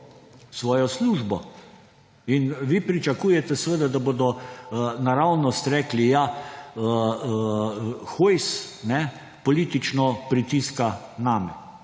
svojo službo. In vi pričakujete seveda, da bodo naravnost rekli – Ja, Hojs politično pritiska name.